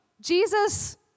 Jesus